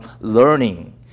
learning